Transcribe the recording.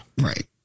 right